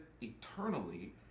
eternally